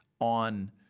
on